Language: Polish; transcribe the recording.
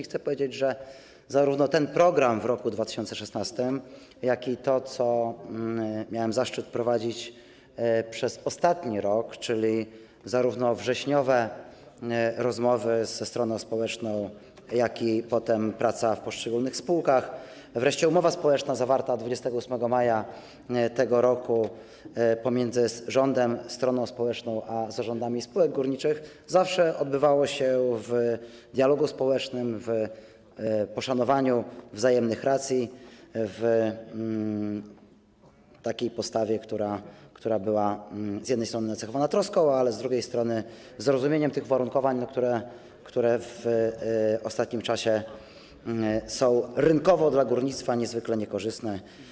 Chcę powiedzieć, że zarówno ten program w roku 2016, jak i to, co miałem zaszczyt prowadzić przez ostatni rok, czyli zarówno wrześniowe rozmowy ze stroną społeczną, jak i potem praca w poszczególnych spółkach, wreszcie umowa społeczna zawarta 28 maja tego roku pomiędzy rządem, stroną społeczną a zarządami spółek górniczych, zawsze odbywało się w dialogu społecznym, w poszanowaniu wzajemnych racji, w takiej postawie, która była z jednej strony nacechowana troską, ale z drugiej strony zrozumieniem tych uwarunkowań, które w ostatnim czasie są rynkowo dla górnictwa niezwykle niekorzystne.